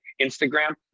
Instagram